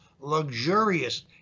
luxurious